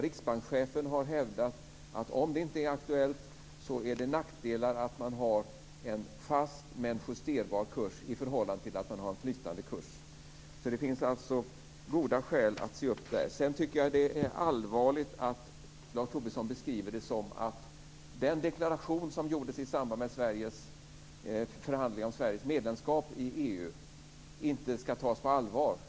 Riksbankschefen har hävdat att om det inte är aktuellt är det nackdelar med en fast men justerbar kurs i förhållande till en flytande kurs. Det finns alltså god skäl att se upp där. Sedan är det allvarligt att Lars Tobisson beskriver det som att den deklaration som gjordes i samband med förhandlingarna om Sveriges medlemskap i EU inte ska tas på allvar.